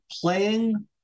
playing